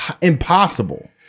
Impossible